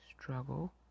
struggle